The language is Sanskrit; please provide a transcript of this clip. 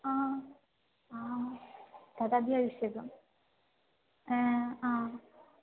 आ आं तदपि आवश्यकम् आ